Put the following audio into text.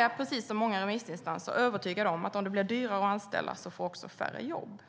är precis som många remissinstanser övertygad om att om det blir dyrare att anställa får också färre jobb.